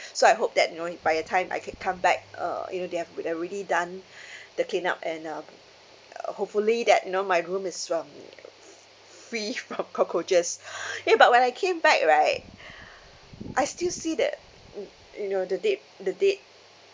so I hope that you know by the time I ca~ come back uh you know they've would already done the clean up and uh uh hopefully that you know my room is from f~ free from cockroaches eh but when I came back right I still see that mm you know the dead the dead